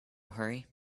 hurry